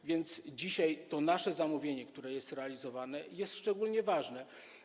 A więc dzisiaj to nasze zamówienie, które jest realizowane, jest szczególnie ważne.